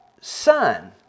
Son